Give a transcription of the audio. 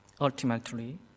Ultimately